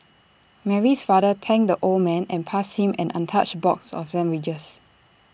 Mary's father thanked the old man and passed him an untouched box of sandwiches